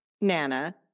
Nana